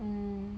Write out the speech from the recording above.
mm